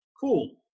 Cool